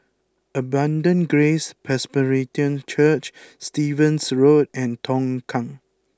Abundant Grace Presbyterian Church Stevens Road and Tongkang